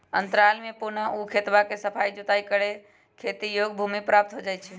अंतराल में पुनः ऊ खेतवा के सफाई जुताई करके खेती योग्य भूमि प्राप्त हो जाहई